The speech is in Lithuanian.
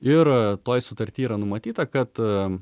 ir toj sutarty yra numatyta kad